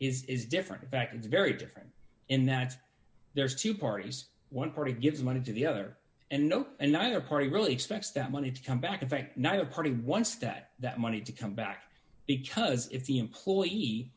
is different in fact it's very different in that there's two parties one party gives money to the other and no and neither party really expects that money to come back in fact not a party once that that money to come back because if the employee